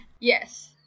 Yes